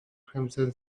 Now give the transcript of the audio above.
crimson